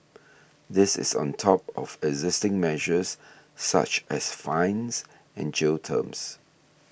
this is on top of existing measures such as fines and jail terms